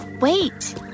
Wait